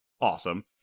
Awesome